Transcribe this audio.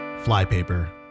Flypaper